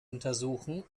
untersuchen